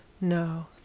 No